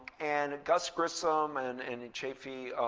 and gus grissom and and and chaffee,